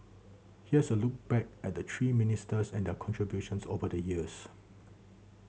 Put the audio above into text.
here's a look back at the three ministers and their contributions over the years